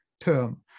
term